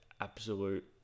absolute